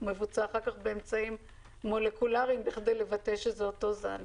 מבוצעים אחר כך באמצעים מולקולריים בכדי לבטא שזה אותו זן.